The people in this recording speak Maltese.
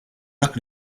dak